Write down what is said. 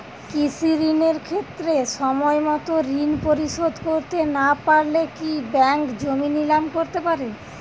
কৃষিঋণের ক্ষেত্রে সময়মত ঋণ পরিশোধ করতে না পারলে কি ব্যাঙ্ক জমি নিলাম করতে পারে?